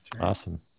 Awesome